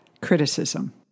criticism